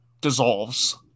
dissolves